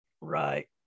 Right